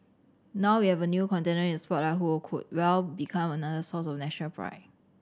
now we have a new contender in the spotlight who could well become another source of national pride